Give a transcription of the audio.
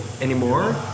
anymore